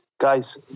guys